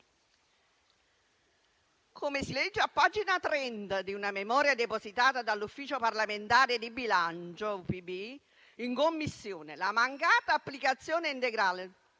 Come si legge a pagina 30 di una memoria depositata dall'Ufficio parlamentare di bilancio in Commissione, «la mancata applicazione integrale